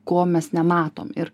ko nematom ir